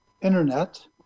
internet